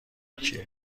کیه